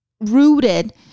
rooted